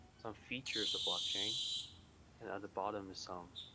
some features of blockchain, and at the bottom is some,